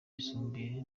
yisumbuye